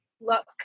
look